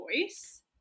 voice